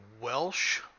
Welsh